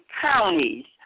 counties